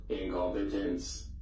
incompetence